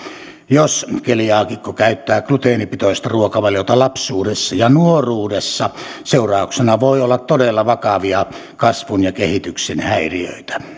jos keliaakikko käyttää gluteenipitoista ruokavaliota lapsuudessa ja nuoruudessa seurauksena voi olla todella vakavia kasvun ja kehityksen häiriöitä